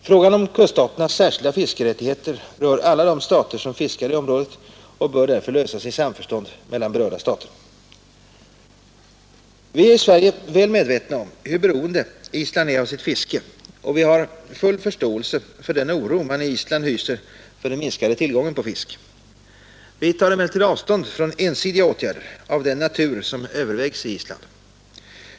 Frågan om kuststaternas särskilda fiskerättigheter rör alla de stater som fiskar i området och bör därför lösas i samförstånd mellan berörda stater. Vi är i Sverige väl medvetna om hur beroende Island är av sitt fiske och vi har full förståelse för den oro man i Island hyser för den minskade tillgången på fisk. Vi tar emellertid avstånd från ensidiga åtgärder av den natur som övervägs i Island.